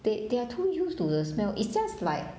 they they are too used to the smell it's just like